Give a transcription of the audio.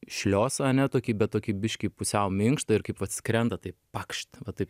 šliosą ane tokį bet tokį biškį pusiau minkštą ir kaip vat skrenda taip pakšt va taip